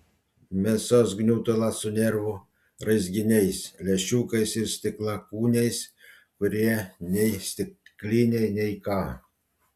mėsos gniutulas su nervų raizginiais lęšiukais ir stiklakūniais kurie nei stikliniai nei ką